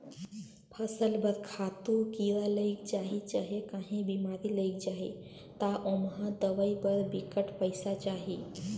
फसल बर खातू, कीरा लइग जाही चहे काहीं बेमारी लइग जाही ता ओम्हां दवई बर बिकट पइसा चाही